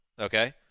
Okay